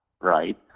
Right